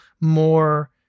more